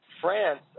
France